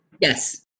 Yes